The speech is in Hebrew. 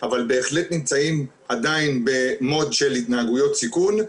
אבל בהחלט נמצאים עדיין במצב של התנהגויות סיכון.